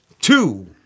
Two